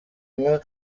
inka